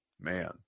man